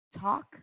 talk